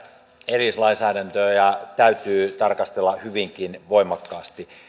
erillislainsäädäntöä täytyy tarkastella hyvinkin voimakkaasti